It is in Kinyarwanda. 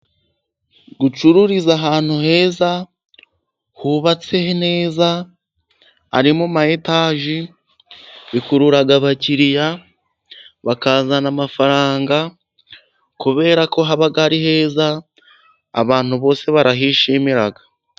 Gucururiza ahantu heza hubatse neza, ari mu ma etaji bikurura abakiriya bakazana amafaranga, kubera ko haba ari heza abantu bose barahishimira.